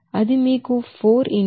అది మీకు 4 into 0